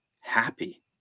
happy